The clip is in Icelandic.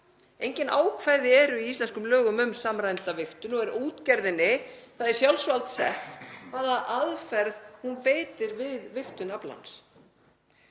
Engin ákvæði eru í íslenskum lögum um samræmda vigtun og er útgerðinni það í sjálfsvald sett hvaða aðferð hún beitir við vigtun aflans.